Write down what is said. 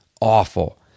awful